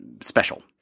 special